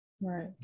right